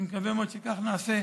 אני מקווה מאוד שכך נעשה,